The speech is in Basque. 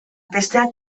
besteak